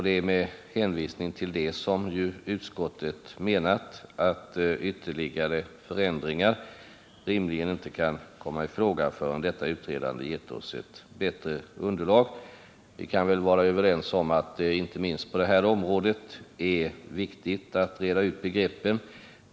Det är med hänsyn till detta som utskottet menat att ytterligare förändringar rimligen inte kan komma i fråga, förrän detta utredande gett oss ett bättre underlag. Vi kan väl vara överens om att det inte minst på det här området är viktigt att reda ut begreppen.